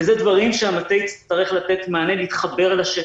וזה דברים שהמטה יצטרך לתת מענה, להתחבר לשטח.